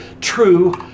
true